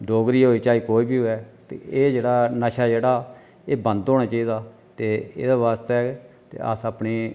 डोगरी होई चाहे कोई बी होवै ते एह् जेह्ड़ा नशा ऐ जेह्ड़ा एह् बंद होना चाहिदा ते एह्दे वास्तै अस अपनी